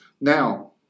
Now